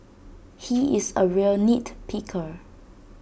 he is A real nit picker